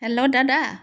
hello দাদা